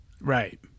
Right